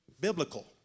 biblical